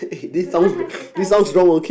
you don't have to touch me